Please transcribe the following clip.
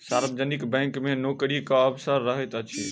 सार्वजनिक बैंक मे नोकरीक अवसर रहैत अछि